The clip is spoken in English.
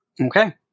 Okay